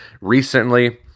recently